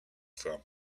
from